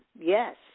yes